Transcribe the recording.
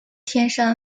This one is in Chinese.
天山